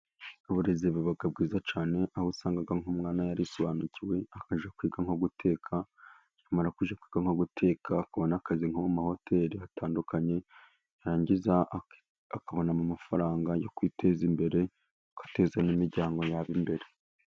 Uburezi buba bwiza cyane, aho usanga nk'umwana yarisobanukiwe akajya kwiga nko guteka, yamara kujya kwiga nko guteka akabona akazi nko muri hoteri zitandukanye, yarangiza akabona n'amafaranga yo kwiteza imbere, bagateza n' imiryango yabo imbere.